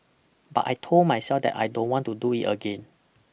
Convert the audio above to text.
but I told myself that I don't want to do it again